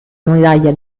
medaglia